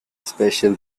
special